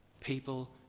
people